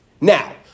Now